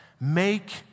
Make